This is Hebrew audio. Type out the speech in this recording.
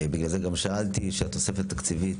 בגלל זה גם שאלתי שהתוספת התקציבית,